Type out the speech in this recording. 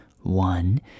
One